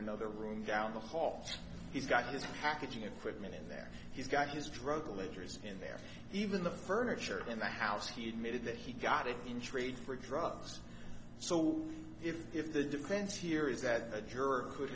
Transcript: another room down the hall he's got his packaging equipment in there he's got his drug ledger is in there even the furniture in the house he admitted that he got it in trade for drugs so if the defense here is that a jerk could